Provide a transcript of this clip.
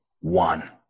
one